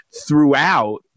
throughout